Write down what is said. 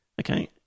Okay